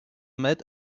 mad